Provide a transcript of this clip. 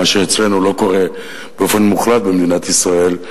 מה שאצלנו לא קורה באופן מוחלט במדינת ישראל.